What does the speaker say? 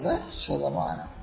33 ശതമാനം